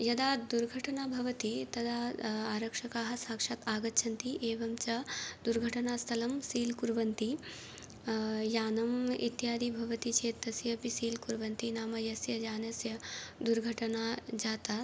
यदा दुर्घटना भवति तदा आरक्षकाः साक्षात् आगच्छन्ति एवं च दुर्घटना स्थलं सील् कुर्वन्ति यानम् इत्यादि भवति चेत् तस्यापि सील् कुर्वन्ति नाम यस्य यानस्य दुर्घटना जाता